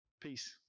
Peace